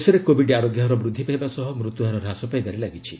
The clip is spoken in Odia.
ଦେଶରେ କୋବିଡ୍ ଆରୋଗ୍ୟ ହାର ବୃଦ୍ଧି ପାଇବା ସହ ମୃତ୍ୟୁହାର ହ୍ରାସ ପାଇବାରେ ଲାଗିଛି